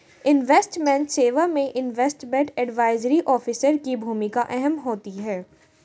investment सेवा में investment advisory officer की भूमिका अहम होती है